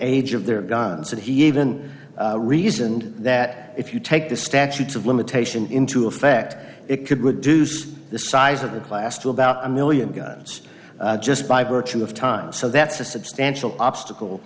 age of their guns and he even reasoned that if you take the statutes of limitation into effect it could reduce the size of the class to about a million guns just by virtue of time so that's a substantial obstacle